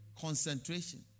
Concentration